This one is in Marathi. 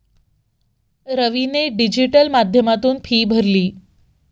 रवीने डिजिटल माध्यमातून फी भरली